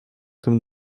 tym